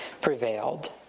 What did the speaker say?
prevailed